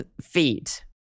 feet